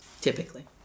typically